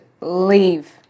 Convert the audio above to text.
leave